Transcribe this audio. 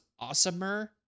awesomer